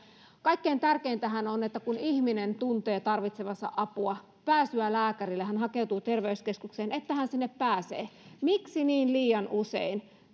kaikkein tärkeintähän on että kun ihminen tuntee tarvitsevansa apua pääsyä lääkärille ja hakeutuu terveyskeskukseen niin hän sinne pääsee miksi niin liian usein